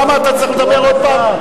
למה אתה צריך לדבר עוד פעם?